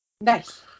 Nice